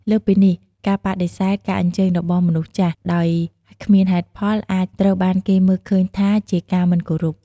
លើសពីនេះ ការបដិសេធការអញ្ជើញរបស់មនុស្សចាស់ដោយគ្មានហេតុផល អាចត្រូវបានគេមើលឃើញថាជាការមិនគោរព។